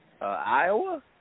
Iowa